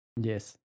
Yes